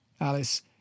Alice